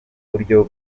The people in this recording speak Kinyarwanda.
buryo